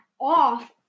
off